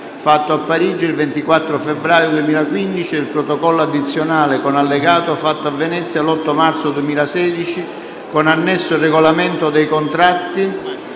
fatto a Parigi il 24 febbraio 2015; *b)* del Protocollo addizionale, con Allegato, fatto a Venezia l'8 marzo 2016, con annesso Regolamento dei contratti